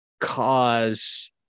cause